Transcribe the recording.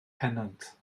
pennant